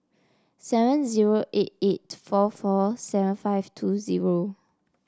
seven zero eight eight four four seven five two zero